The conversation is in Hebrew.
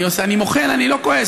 אני מוחל, אני לא כועס.